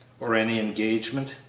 or any engagement?